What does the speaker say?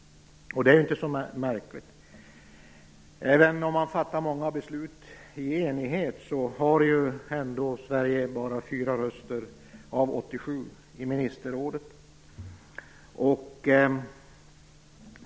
Det är inte så märkligt. Även om man fattar många beslut i enighet, har ju Sverige ändå bara 4 röster av 87 i ministerrådet.